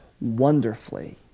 wonderfully